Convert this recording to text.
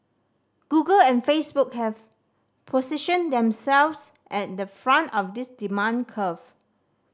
Google and Facebook have positioned themselves at the front of this demand curve